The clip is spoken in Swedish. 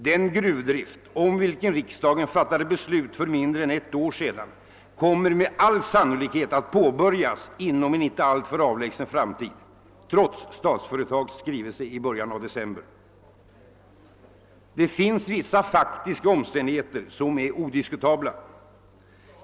Den gruvdrift, om vilken riksdagen fattade beslut för mindre än ett år sedan, kommer med all sannolikhet att påbörjas ganska snart trots Statsföretags skrivelse i början av december. Det finns vissa faktiska omständigheter som är odiskutabla.